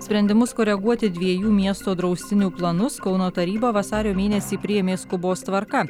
sprendimus koreguoti dviejų miesto draustinių planus kauno taryba vasario mėnesį priėmė skubos tvarka